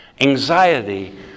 Anxiety